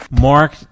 Mark